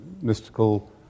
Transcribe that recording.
mystical